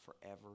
forever